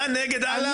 אתה נגד אללה?